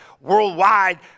worldwide